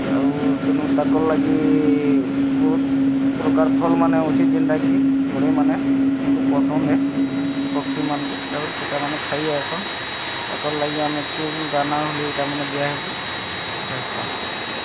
ଆଉ ସେନୁ ତାଙ୍କର ଲାଗି ବହୁତ୍ ପ୍ରକାର ଫଲ୍ମାନ ଅଛି ଯେନ୍ତା କି ଚଢ଼େଇମାନେ କୁ ପସନ୍ଦ ହେ ପକ୍ଷୀମାନଙ୍କୁ ତା'ପରେ ସେଇଟାମାନେ ଖାଇ ଆସନ୍ ତାଙ୍କର ଲାଗି ଆମେ ଚୁଲ୍ ଦାନା ହେଇଟା ମାନ ଦିଆ ହେସି ଆସନ୍